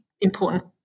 important